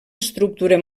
estructura